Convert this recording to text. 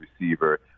receiver